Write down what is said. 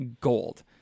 Gold